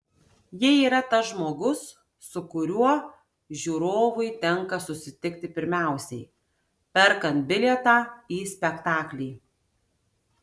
ji yra tas žmogus su kuriuo žiūrovui tenka susitikti pirmiausiai perkant bilietą į spektaklį